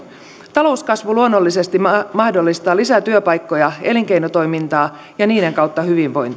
talouskasvu luonnollisesti mahdollistaa lisää työpaikkoja elinkeinotoimintaa ja niiden kautta